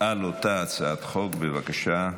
על אותה הצעת חוק, בבקשה.